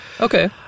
okay